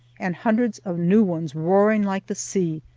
and hundreds of new ones, roaring like the sea,